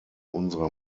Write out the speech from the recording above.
unserer